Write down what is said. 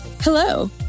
Hello